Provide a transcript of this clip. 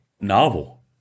novel